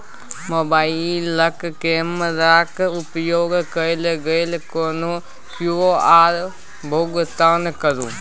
मोबाइलक कैमराक उपयोग कय कए कोनो क्यु.आर भुगतान करू